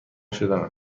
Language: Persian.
شدن